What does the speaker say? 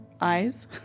eyes